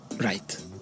right